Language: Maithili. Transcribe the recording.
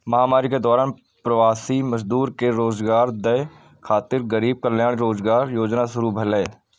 महामारी के दौरान प्रवासी मजदूर कें रोजगार दै खातिर गरीब कल्याण रोजगार योजना शुरू भेलै